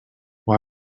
why